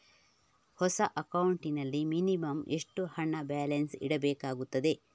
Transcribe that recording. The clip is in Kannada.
ಹೊಸ ಅಕೌಂಟ್ ನಲ್ಲಿ ಮಿನಿಮಂ ಎಷ್ಟು ಹಣ ಬ್ಯಾಲೆನ್ಸ್ ಇಡಬೇಕಾಗುತ್ತದೆ?